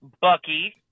Bucky